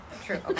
True